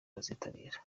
bazitabira